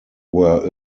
were